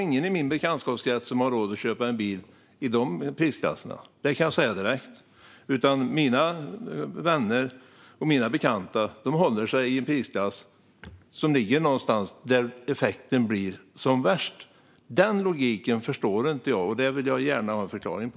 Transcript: Ingen i min bekantskapskrets har råd att köpa en bil i den prisklassen. Det kan jag säga direkt. Mina vänner och bekanta håller sig i prisklasser som ligger någonstans där effekten blir som värst. Den logiken förstår inte jag, och det vill jag gärna ha en förklaring på.